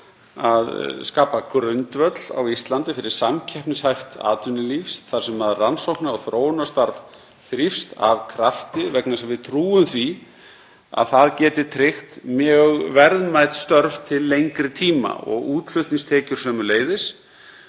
að skapa grundvöll á Íslandi fyrir samkeppnishæft atvinnulíf þar sem rannsóknar- og þróunarstarf þrífst af krafti vegna þess að við trúum því að það geti tryggt mjög verðmæt störf til lengri tíma og útflutningstekjur sömuleiðis